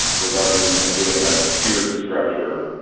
regarding doing a tiered structure.